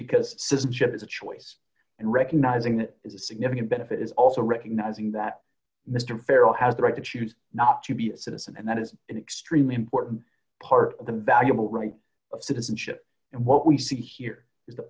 because citizenship is a choice and recognizing that is a significant benefit is also recognizing that mr farrell has the right to choose not to be a citizen and that is an extremely important part of the valuable right of citizenship and what we see here is the